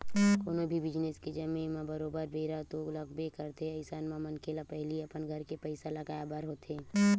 कोनो भी बिजनेस के जमें म बरोबर बेरा तो लगबे करथे अइसन म मनखे ल पहिली अपन घर के पइसा लगाय बर होथे